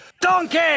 Donkey